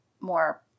more